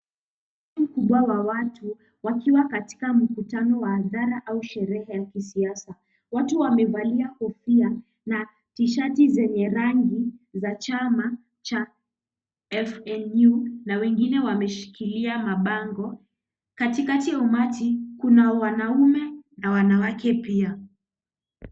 .., mkubwa wa watu. Wakiwa katika mkutano wa hadhara au sherehe ya kisiasa. Watu wamevalia kofia na t-shirt zenye rangi cha chama cha FNU. Na wengine wameshikilia mabango. Katikati ya umati kuna wanaume na wanawake pia.